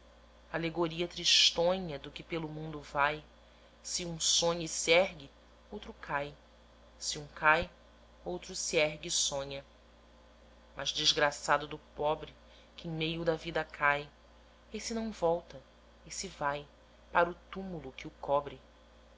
alegoria tristonha do que pelo mundo vai se um sonha e se ergue outro cai se um cai outro se ergue e sonha mas desgraçado do pobre que em meio da vida cai esse não volta esse vai para o túmulo que o cobre